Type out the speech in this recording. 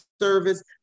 service